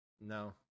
No